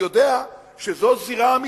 יודע שזו זירה אמיתית.